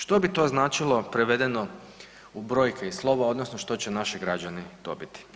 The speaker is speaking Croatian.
Što bi to značilo prevedeno u brojke i slova odnosno što će naši građani dobiti?